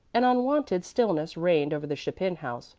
an unwonted stillness reigned over the chapin house,